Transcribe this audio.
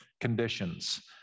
conditions